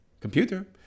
computer